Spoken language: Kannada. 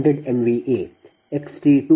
06 p